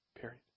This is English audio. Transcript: Period